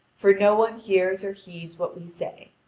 for no one hears or heeds what we say.